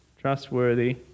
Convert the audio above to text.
Trustworthy